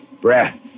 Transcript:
breath